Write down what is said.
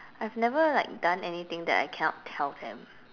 I've never like done anything that I cannot tell them